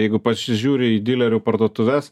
jeigu pasižiūri į dylerių parduotuves